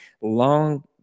long